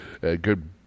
good